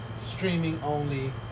streaming-only